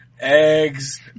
eggs